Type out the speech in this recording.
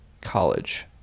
college